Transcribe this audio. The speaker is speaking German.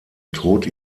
tod